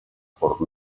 por